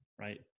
right